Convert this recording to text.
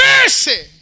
mercy